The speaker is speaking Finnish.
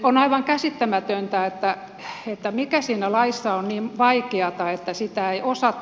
on aivan käsittämätöntä mikä siinä laissa on niin vaikeata että sitä ei osata